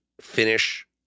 finish